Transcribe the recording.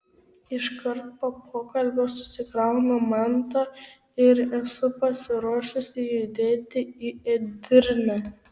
iškart po pokalbio susikraunu mantą ir esu pasiruošusi judėti į edirnę